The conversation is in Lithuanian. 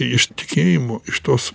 iš tikėjimo iš tos